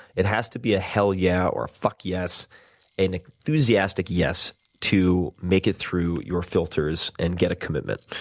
it has to be a hell yeah or fuck yes, an enthusiastic yes to make it through your filters and get a commitment.